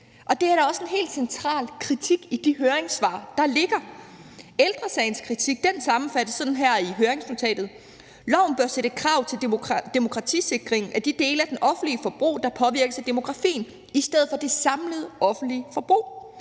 dag. Det er da også en helt central kritik i de høringssvar, der ligger. Ældre Sagens kritik sammenfattes sådan her i høringsnotatet: Loven bør sætte krav til demokratisikringen af de dele af det offentlige forbrug, der er påvirket af demografien, i stedet for det samlede offentlige forbrug.